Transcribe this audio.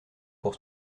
pour